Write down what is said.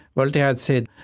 voltaire said,